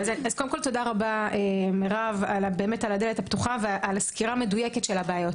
תודה רבה למירב על הדלת הפתוחה ועל הסקירה המדויקת של הבעיות.